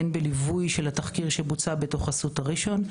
הן בליווי של התחקיר שבוצע בתוך אסותא ראשון,